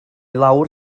lawr